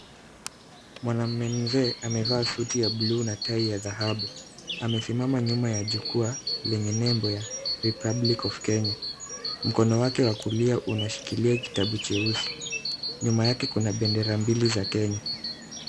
Mwanamume mzee amevaa suti ya buluu na tai ya dhahabu. Amesimama nyuma ya jukwaa lenye nembo ya republic of Kenya . Mkono wake wa kulia unashikilia kitabu cheusi. Nyuma yake kuna bendera mbili za Kenya.